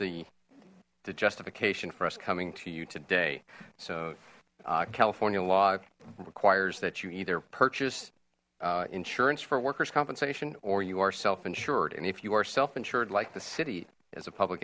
that's the justification for us coming to you today so california law requires that you either purchase insurance for workers compensation or you are self insured and if you are self insured like the city as a public